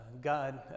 God